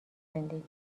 زندگی